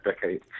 decade